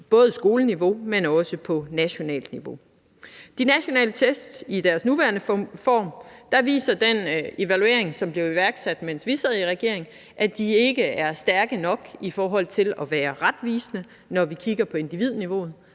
både skoleniveau, men også på nationalt niveau. Om de nationale test i deres nuværende form viser den evaluering, som blev iværksat, mens vi sad i regering, at de ikke er stærke nok i forhold til at være retvisende, når vi kigger på individniveauet.